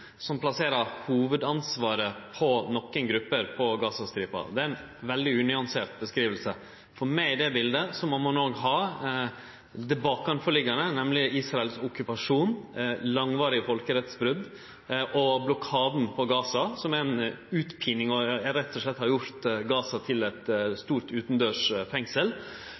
som plasserer hovudansvaret på nokre grupper på Gaza-stripa. Det er ei veldig unyansert framstilling. Med i det biletet må ein òg ha det som ligg bak, nemleg Israels okkupasjon, langvarige folkerettsbrot og blokaden på Gaza, som er ei utpining og rett og slett har gjort Gaza til eit stort utandørs fengsel.